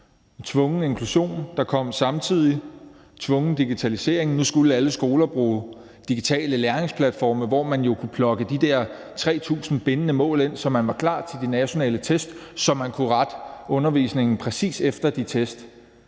tvungen inklusion, der kom samtidig; med tvungen digitalisering, hvor alle skoler nu skulle bruge digitale læringsplatforme, hvor man jo kunne plotte de der 3.000 bindende mål ind, så man var klar til de nationale test, og så man kunne rette undervisningen præcis efter de test